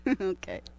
Okay